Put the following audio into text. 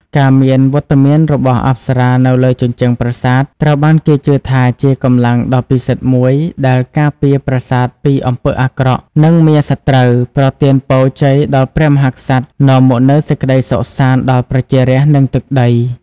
ការមានវត្តមានរបស់អប្សរានៅលើជញ្ជាំងប្រាសាទ ត្រូវបានគេជឿថាជាកម្លាំងដ៏ពិសិដ្ឋមួយដែល ការពារប្រាសាទពីអំពើអាក្រក់ និងមារសត្រូវ ប្រទានពរជ័យដល់ព្រះមហាក្សត្រ នាំមកនូវសេចក្តីសុខសាន្តដល់ប្រជារាស្ត្រ និងទឹកដី។